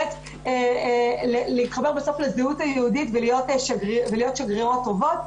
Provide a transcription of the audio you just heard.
באמת להתחבר בסוף לזהות היהודית ולהיות שגרירות טובות.